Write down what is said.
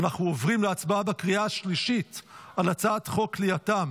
אנחנו עוברים להצבעה בקריאה שלישית על הצעת חוק כליאתם